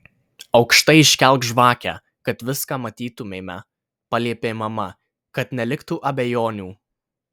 aukštai iškelk žvakę kad viską matytumėme paliepė mama kad neliktų abejonių